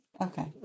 Okay